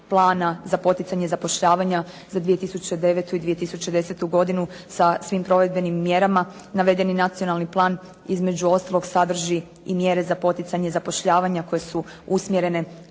plana za poticanje zapošljavanja za 2009. i 2010. godinu sa svim provedbenim mjerama. Navedeni nacionalni plan između ostalog sadrži i mjere za poticanje zapošljavanja koje su usmjerene